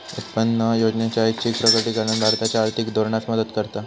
उत्पन्न योजनेचा ऐच्छिक प्रकटीकरण भारताच्या आर्थिक धोरणास मदत करता